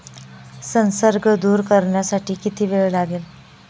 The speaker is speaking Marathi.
संसर्ग दूर करण्यासाठी किती वेळ लागेल?